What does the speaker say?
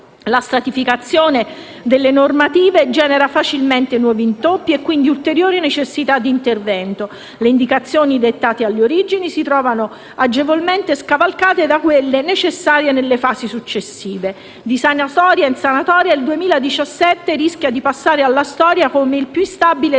la stratificazione delle normative genera facilmente nuovi intoppi e quindi ulteriori necessità di intervento; le indicazioni dettate all'origine si trovano agevolmente scavalcate da quelle necessarie nelle fasi successive. Di sanatoria in sanatoria, il 2017 rischia di passare alla storia come il più instabile degli